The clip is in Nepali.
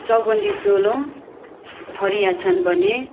चौबन्दी चोलो फरिया छन् भने